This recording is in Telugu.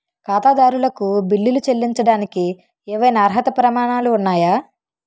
ఖాతాదారులకు బిల్లులు చెల్లించడానికి ఏవైనా అర్హత ప్రమాణాలు ఉన్నాయా?